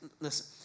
Listen